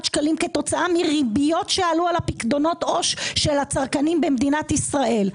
שקלים כתוצאה מהריביות שעלו על פיקדונות העו"ש של הצרכנים במדינת ישראל.